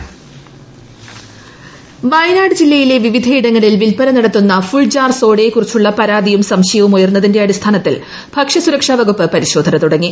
full jar soda Wayanad ജില്ലയിലെ വിവിധയിടങ്ങളിൽ വിൽപ്പന നടത്തുന്ന ഫുൾ ജാർ സോഡയെക്കുറിച്ചുളള പരാതിയും സംശയവും ഉയർന്നതിന്റെ അടിസ്ഥാനത്തിൽ ഭക്ഷ്യ സുരക്ഷാ വകുപ്പ് പരിശോധന തുടങ്ങി